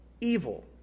Evil